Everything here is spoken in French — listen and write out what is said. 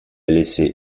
laissé